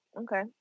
Okay